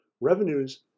Revenues